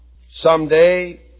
Someday